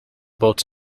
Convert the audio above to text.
boat